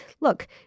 look